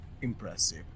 impressive